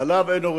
אין עליו עוררין,